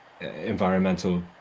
environmental